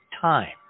time